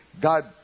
God